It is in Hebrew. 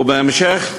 ובהמשך,